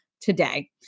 today